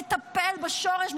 לטפל בשורש,